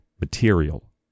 material